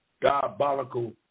diabolical